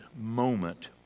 moment